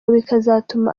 bikazatuma